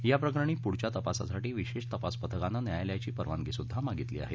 या प्रकरणी पुढील तपासासाठी विशेष तपास पथकाने न्यायालयाची परवानगी सुद्धा मागितली आहे